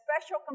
special